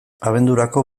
abendurako